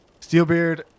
Steelbeard